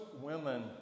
women